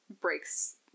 breaks